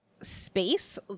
space